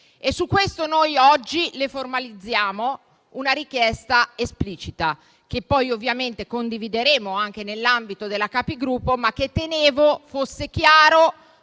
Su questo oggi le formalizziamo una richiesta esplicita, che poi ovviamente condivideremo anche nell'ambito della Conferenza dei Capigruppo. Tenevo fosse chiaro